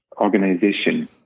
organization